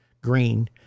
green